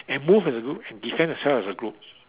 and move as a group and defend themselves as a group